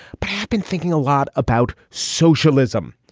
but i've been thinking a lot about socialism.